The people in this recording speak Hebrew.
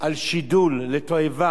שיש לזה משמעות אחרת.